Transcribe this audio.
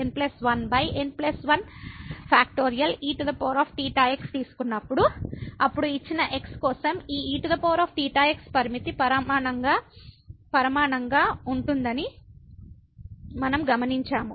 eθx తీసుకున్నప్పుడు అప్పుడు ఇచ్చిన x కోసం ఈ eθx పరిమిత పరిమాణంగా ఉంటుందని మనం గమనించాము